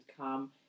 come